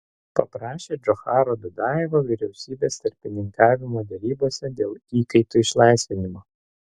paprašė džocharo dudajevo vyriausybės tarpininkavimo derybose dėl įkaitų išlaisvinimo